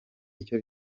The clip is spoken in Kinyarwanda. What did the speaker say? icyo